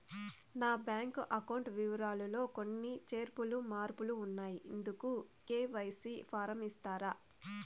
నా bank account వివరాలు లో కొన్ని చేర్పులు మార్పులు ఉన్నాయి, ఇందుకు కె.వై.సి ఫారం ఇస్తారా?